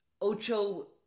Ocho